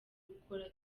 gukura